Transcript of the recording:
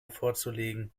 vorzulegen